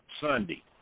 Sunday